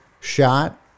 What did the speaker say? shot